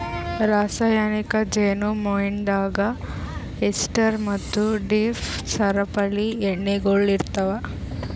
ರಾಸಾಯನಿಕ್ ಜೇನು ಮೇಣದಾಗ್ ಎಸ್ಟರ್ ಮತ್ತ ದೀರ್ಘ ಸರಪಳಿ ಎಣ್ಣೆಗೊಳ್ ಇರ್ತಾವ್